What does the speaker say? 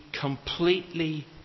completely